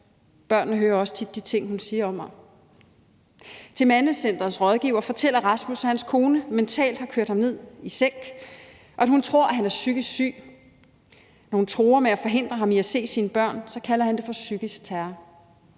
Børnene hører også tit de ting, hun siger om mig. Til Mandecentrets rådgiver fortæller Rasmus, at hans kone mentalt har kørt ham ned, har kørt ham i sænk, og at hun tror, at han er psykisk syg. Når hun truer med at forhindre ham i at se sine børn, kalder han det for psykisk terror.